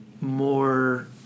more